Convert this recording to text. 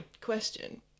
question